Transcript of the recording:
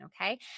Okay